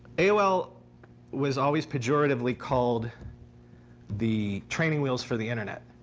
aol was always pejoratively called the training wheels for the internet.